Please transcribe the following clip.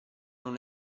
non